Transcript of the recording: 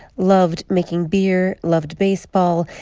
loved making beer, loved baseball.